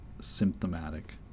symptomatic